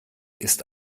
ist